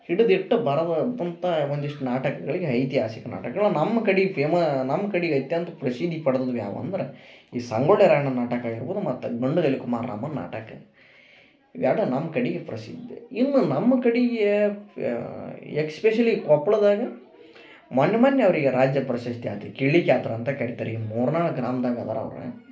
ಹಿಡಿದಿಟ್ಟ ಬರದ ತುಮ್ತ ಒಂದಿಷ್ಟು ನಾಟಕಗಳಿಗೆ ಐತಿಹಾಸಿಕ ನಾಟಕಗಳ ನಮ್ಕಡಿಕೆ ಫೆಮಾ ನಮ್ಕಡಿಗೆ ಅತ್ಯಂತ ಪ್ರಸಿದ್ಧಿ ಪಡ್ದದ್ದ ಯಾವ್ವಂದರ ಈ ಸಂಗೊಳ್ಳಿ ರಾಯಣ್ಣ ನಾಟಕ ಇರ್ಬೋದು ಮತ್ತು ಗಂಡುಗಲಿ ಕುಮಾರರಾಮನ ನಾಟಕ ಇವೆರ್ಡು ನಮ್ಕಡಿಗೆ ಪ್ರಸಿದ್ಧಿ ಇನ್ನು ನಮ್ಕಡಿಗೆ ಎಕ್ಸ್ಪೆಶಲಿ ಕೊಪ್ಪಳದಾಗ ಮೊನ್ಮೊನ್ನೆ ಅವರಿಗೆ ರಾಜ್ಯ ಪ್ರಶಸ್ತಿ ಆತು ಕೀಳಿಕ್ಯಾತ್ರ ಅಂತ ಕರಿತಾರೆ ಈ ಮೊರ್ನಾಳು ಗ್ರಾಮ್ದಾಗ ಅದಾರ ಅವ್ರು